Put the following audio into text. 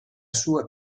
sua